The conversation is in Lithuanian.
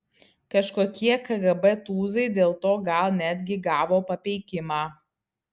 kažkokie kgb tūzai dėl to gal netgi gavo papeikimą